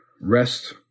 rest